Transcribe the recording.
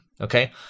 Okay